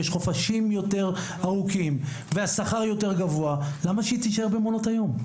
יש חופשים יותר ארוכים והשכר יותר גבוה למה היא שתישאר במעונות היום?